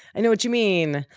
i know what you mean,